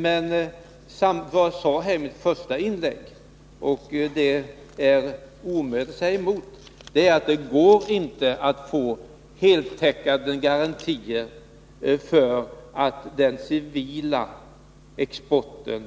Det är dock omöjligt att säga emot det som jag anförde i mitt första inlägg, nämligen att det inte går att få heltäckande garantier för att inte den civila exporten,